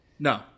No